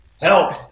help